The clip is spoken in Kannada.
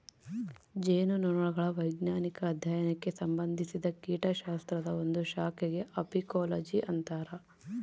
ಜೇನುನೊಣಗಳ ವೈಜ್ಞಾನಿಕ ಅಧ್ಯಯನಕ್ಕೆ ಸಂಭಂದಿಸಿದ ಕೀಟಶಾಸ್ತ್ರದ ಒಂದು ಶಾಖೆಗೆ ಅಫೀಕೋಲಜಿ ಅಂತರ